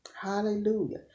Hallelujah